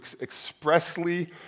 expressly